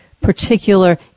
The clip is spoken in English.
particular